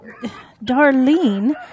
Darlene